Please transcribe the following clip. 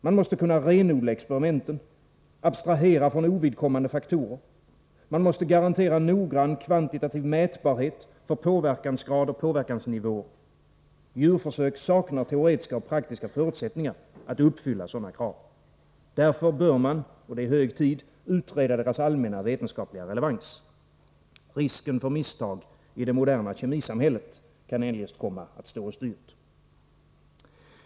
Man måste kunna renodla experimenten, abstrahera från ovidkommande faktorer. Man måste garantera noggrann kvantitativ mätbarhet för påverkansgrad och påverkansnivåer. Djurförsök saknar teoretiska och praktiska förutsättningar att uppfylla sådana krav. Därför bör man — och det är hög tid — utreda deras allmänna vetenskapliga relevans. Riskerna för misstag i det moderna kemisamhället kan eljest komma att stå oss dyrt.